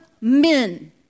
men